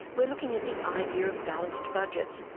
we're looking at the idea of balanced budgets,